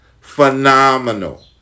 Phenomenal